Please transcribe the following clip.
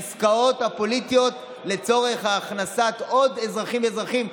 העסקאות הפוליטיות לצורך הכנסת עוד אזרחים ואזרחים.